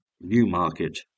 Newmarket